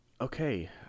okay